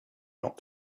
not